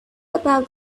about